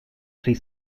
three